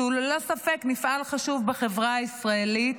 שהוא ללא ספק מפעל חשוב בחברה הישראלית,